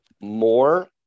more